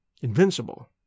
invincible